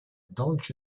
dolce